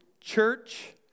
church